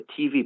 tv